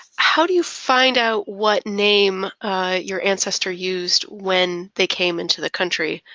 how do you find out what name your ancestor used when they came into the country?